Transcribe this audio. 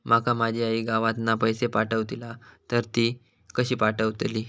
माका माझी आई गावातना पैसे पाठवतीला तर ती कशी पाठवतली?